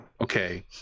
Okay